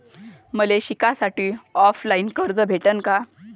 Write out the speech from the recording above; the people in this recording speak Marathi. मले शिकासाठी ऑफलाईन कर्ज भेटन का?